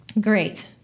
Great